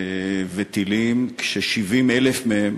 וטילים כש-70,000 מהם